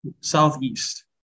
Southeast